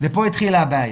וכאן התחילה הבעיה.